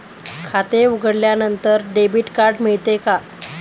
खाते उघडल्यानंतर debit card मिळते का?